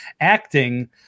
acting